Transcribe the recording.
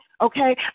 Okay